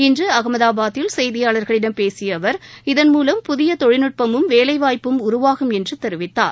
இன்று அகமதாபாத்தில் செய்தியாளர்களிடம் பேசிய அவர் இதன்மூலம் புதிய தொழில்நுட்பமும் வேலை வாய்ப்பும் உருவாகும் என்றும் தெரிவித்தார்